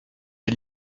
des